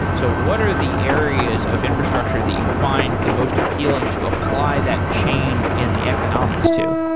so what are the areas of infrastructure that you find the most appealing to apply that change in the economics to?